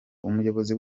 umuyobozi